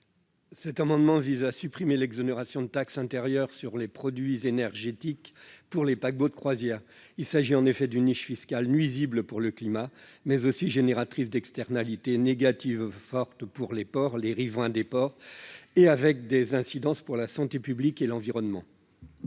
Cet amendement vise à supprimer l'exonération de taxe intérieure sur les produits énergétiques pour les paquebots de croisière. Il s'agit d'une niche fiscale nuisible pour le climat et génératrice d'externalités négatives fortes pour les riverains des ports, avec des incidences pour la santé publique et l'environnement.